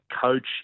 coach